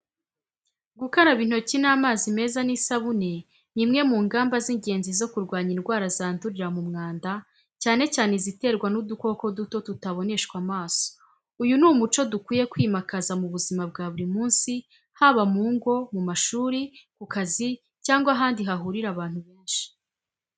Gukaraba intoki n’amazi meza n’isabune ni imwe mu ngamba z’ingenzi zo kurwanya indwara zandurira mu mwanda, cyane cyane iziterwa n’udukoko duto tutaboneshwa amaso. Uyu ni umuco dukwiye kwimakaza mu buzima bwa buri munsi, haba mu ngo, mu mashuri, ku kazi, cyangwa ahandi hahurira abantu benshi.